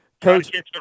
Coach